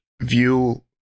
view